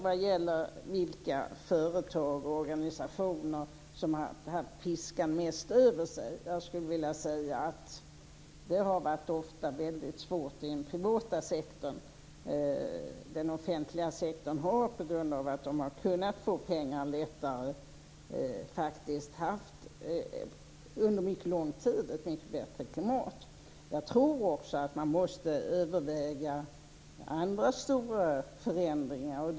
Vad gäller vilka företag och organisationer som haft piskan mest över sig skulle jag vilja säga att det ofta har varit väldigt svårt i den privata sektorn. Den offentliga sektorn har, på grund av att man har kunnat få in pengar lättare, under långt tid haft ett mycket bättre klimat. Jag tror också att man måste överväga andra stora förändringar.